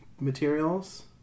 materials